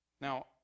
Now